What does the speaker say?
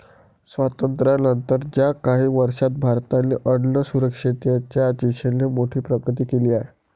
स्वातंत्र्यानंतर च्या काही वर्षांत भारताने अन्नसुरक्षेच्या दिशेने मोठी प्रगती केली आहे